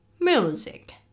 music